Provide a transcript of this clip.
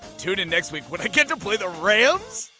tune in next week when i get to play the rams.